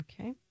Okay